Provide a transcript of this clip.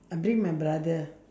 I bring my brother